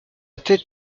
tête